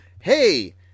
hey